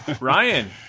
ryan